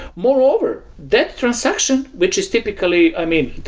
moreover, that transaction, which is typically i mean,